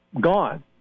gone